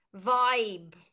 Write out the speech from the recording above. vibe